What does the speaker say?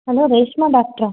hello Reshma டாக்டரா